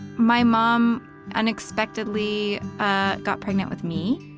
my mom unexpectedly ah got pregnant with me.